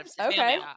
Okay